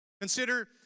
Consider